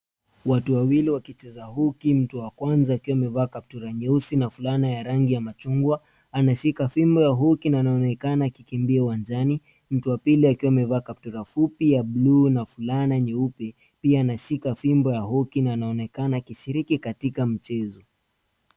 Watu wawili wakicheza hockey , wa kwanza akiwa amevaa kaptura nyeusi na fulana ya rangi ya machungwa anashika fimbo ya hockey na anaonekana akikimbia uwanjana, mtu wa pili akiwa amevaa kaptura fupi ya blue na fulana nyeupe pia anashika fimbo ya hockey na anaonekana akishiriki katika mchezo.